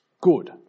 good